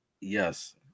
Yes